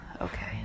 Okay